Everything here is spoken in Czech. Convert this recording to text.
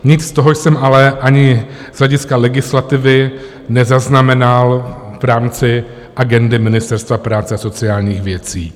Nic z toho jsem ale ani z hlediska legislativy nezaznamenal v rámci agendy Ministerstva práce a sociálních věcí.